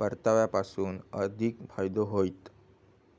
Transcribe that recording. परताव्यासून अधिक फायदो होईत